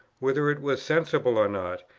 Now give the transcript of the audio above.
whether it was sensible or not,